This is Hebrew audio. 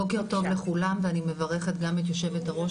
בוקר טוב לכולם ואני מברכת גם את יושבת הראש